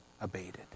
abated